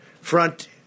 front